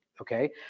okay